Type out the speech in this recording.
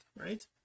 right